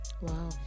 Wow